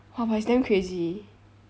!wah! but it's damn crazy